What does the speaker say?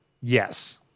Yes